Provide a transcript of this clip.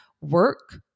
work